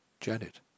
Janet